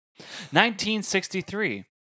1963